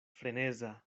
freneza